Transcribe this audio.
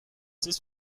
this